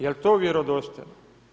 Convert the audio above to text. Jel to vjerodostojno?